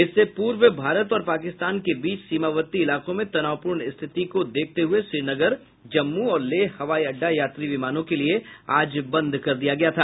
इससे पूर्व भारत और पाकिस्तान के बीच सीमावर्ती इलाकों में तनावपूर्ण स्थिति को देखते हुये श्रीनगर जम्मू और लेह हवाई अड्डा यात्री विमानों के लिए आज बंद कर दिया गया था